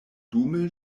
dume